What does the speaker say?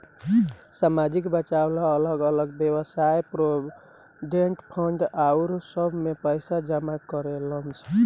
सामाजिक बचाव ला अलग अलग वयव्साय प्रोविडेंट फंड आउर सब में पैसा जमा करेलन सन